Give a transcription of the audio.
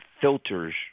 filters